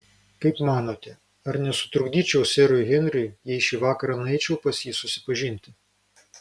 kaip manote ar nesutrukdyčiau serui henriui jei šį vakarą nueičiau pas jį susipažinti